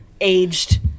aged